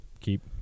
Keep